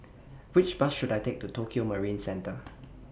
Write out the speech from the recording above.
Which Bus should I Take to Tokio Marine Centre